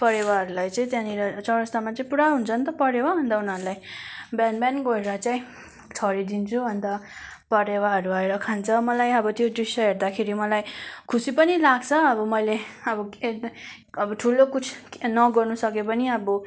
परेवाहरूलाई चाहिँ त्यहाँनिर चौरास्तामा चाहिँ पुरा हुन्छ नि त परेवा अन्त उनीहरूलाई बिहान बिहान गएर चाहिँ छरी दिन्छु अन्त परेवाहरू आएर खान्छ मलाई अब त्यो दृश्य हेर्दाखेरि मलाई खुसी पनि लाग्छ अब मैले अब ठुलो कुछ नगर्नु सके पनि अब